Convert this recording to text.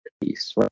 peace